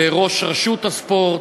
לראש רשות הספורט,